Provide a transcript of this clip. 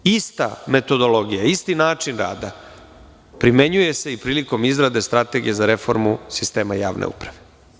Ista metodologija, isti način rada, primenjuje se i prilikom izrade strategije za reformu sistema javne uprave.